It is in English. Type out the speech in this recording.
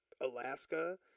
Alaska